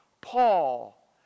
Paul